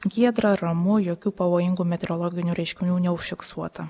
giedra ramu jokių pavojingų meteorologinių reiškinių neužfiksuota